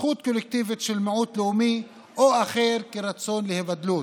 זכות קולקטיבית של מיעוט לאומי או אחר רצון להיבדלות,